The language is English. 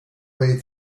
way